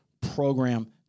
program